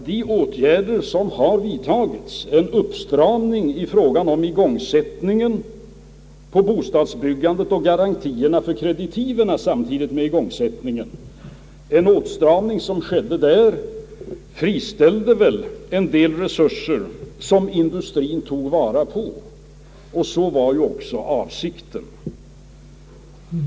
De åtgärder som har vidtagits — uppstramningen av igångsättningen i fråga om bostadsbyggandet och garantierna för kreditiven — friställde väl en del resurser som industrien tog vara på, vilket ju också var avsikten.